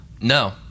No